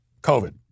COVID